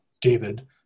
David